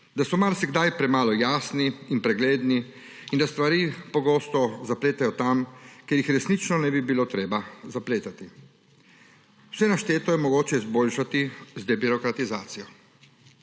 da so marsikdaj premalo jasni in pregledni ter da stvari pogosto zapletajo tam, kjer jih resnično ne bi bilo treba zapletati. Vse našteto je mogoče izboljšati z debirokratizacijo.